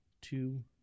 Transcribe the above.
two